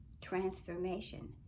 transformation